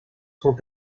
sont